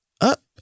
up